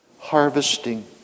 harvesting